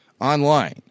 online